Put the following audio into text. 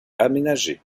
aménagé